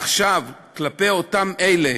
מעכשיו, על אותם אלה